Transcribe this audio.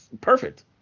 perfect